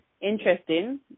Interesting